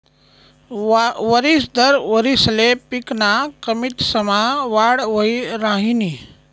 वरिस दर वारिसले पिकना किमतीसमा वाढ वही राहिनी